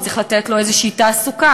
וצריך לתת לו איזו תעסוקה,